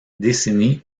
décennies